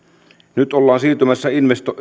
nyt ollaan siirtymässä